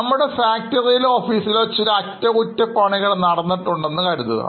നമ്മുടെ ഫാക്ടറിയിലോ ഓഫീസിലോ ചില അറ്റകുറ്റപ്പണികൾ നടന്നിട്ടുണ്ടെന്ന് കരുതുക